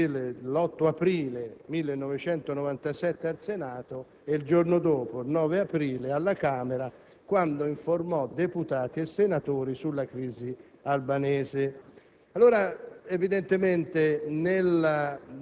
Presidente del Consiglio, riferì l'8 aprile 1997 al Senato e il giorno dopo, il 9 aprile, alla Camera, quando informò deputati e senatori sulla crisi albanese.